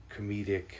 comedic